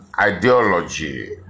ideology